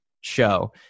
show